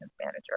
manager